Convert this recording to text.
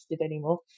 anymore